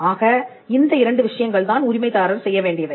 ஆக இந்த இரண்டு விஷயங்கள்தான் உரிமைதாரர் செய்ய வேண்டியவை